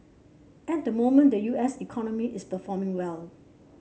at the moment the U S economy is performing well